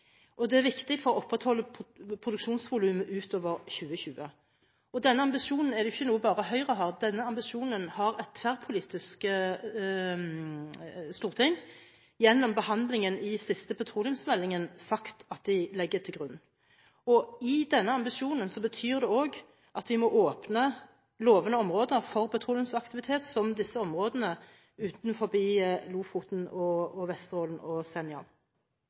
Det er viktig for å opprettholde produksjonsvolumet utover 2020. Dette er ikke en ambisjon bare Høyre har, denne ambisjonen har et tverrpolitisk storting gjennom behandlingen av siste petroleumsmelding sagt at det legger til grunn. Denne ambisjonen betyr også at vi må åpne lovende områder for petroleumsaktivitet, som disse områdene utenfor Lofoten, Vesterålen og Senja. Høyre er tydelig på at vi ønsker en konsekvensutredning for Nordland VI, Nordland VII og